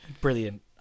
Brilliant